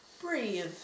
Breathe